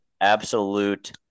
absolute